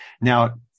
Now